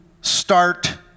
start